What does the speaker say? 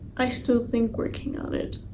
i still think working on it